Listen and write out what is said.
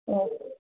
oh